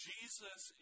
Jesus